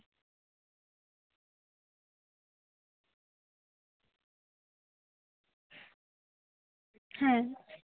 ᱦᱮᱸ